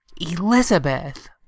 Elizabeth